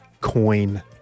coin